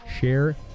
share